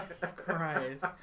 Christ